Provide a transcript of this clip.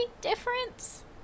difference